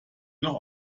noch